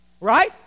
Right